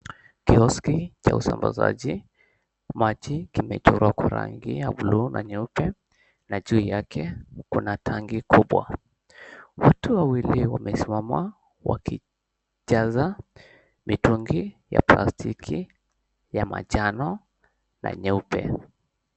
Kioski cha usambazaji maji kimechorwa kwa rangi ya buluu na nyeupe na juu yake kuna tangi kubwa. Watu wawili wamesimama wakijaza mitungi ya plastiki ya manjano na nyeupe.